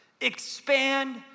expand